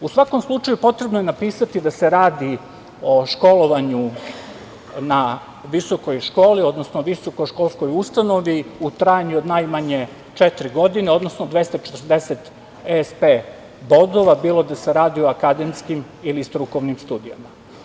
U svakom slučaju, potrebno je da napisati da se radi o školovanju na visokoj školi, odnosno visoko školskoj ustanovi u trajanju od najmanje četiri godine, odnosno 240 ESP bodova, bilo da se radi o akademskim ili strukovnim studijama.